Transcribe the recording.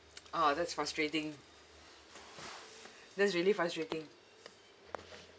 ah that's frustrating that's really frustrating